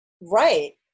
Right